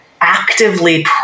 actively